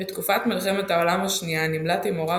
בתקופת מלחמת העולם השנייה נמלט עם הוריו